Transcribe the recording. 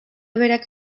berak